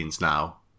now